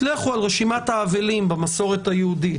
לכו על רשימת האבלים במסורת היהודית,